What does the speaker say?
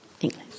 English